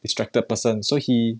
distracted person so he